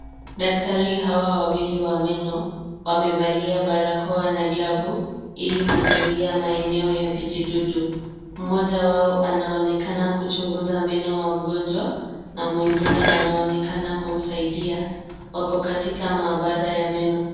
Daktari hawa wawili wa meno wamevalia barakoa na glavu ili kuzuia maeneo ya vijidudu. Mmoja wao anaonekana kuchunguza meno wa mgonjwa na mwingine anaonekana kumsaidia. Wako katika maabara ya meno.